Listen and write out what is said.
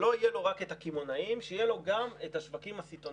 שלא יהיה לו רק את הקמעונאים אלא שיהיה לו גם את השווקים הסיטונאיים.